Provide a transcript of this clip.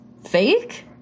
fake